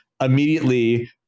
immediately